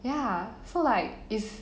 ya so like is